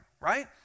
right